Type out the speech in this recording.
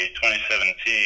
2017